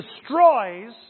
destroys